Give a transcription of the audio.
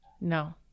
No